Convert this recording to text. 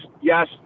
yes